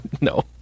No